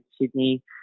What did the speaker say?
Sydney